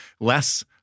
less